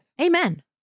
Amen